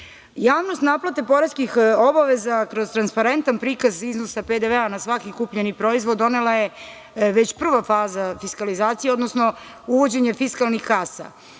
puteve. Javnost naplate poreskih obaveza kroz transparentan prikaz iznosa PDV na svaki kupljeni proizvod donela je već prva faza fiskalizacije, odnosno uvođenje fiskalnih